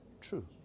True